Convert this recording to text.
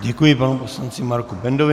Děkuji panu poslanci Marku Bendovi.